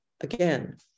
again